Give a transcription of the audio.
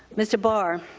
mr. barr,